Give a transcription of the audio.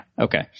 okay